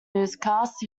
newscasts